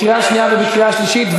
לקריאה שנייה וקריאה שלישית,